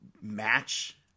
match